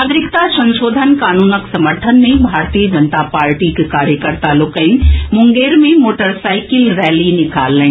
नागरिकता संशोधन कानूनक समर्थन मे भारतीय जनता पार्टीक कार्यकर्ता लोकनि मुंगेर मे मोटरसाईकिल रैली निकाललनि